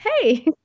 hey